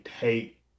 hate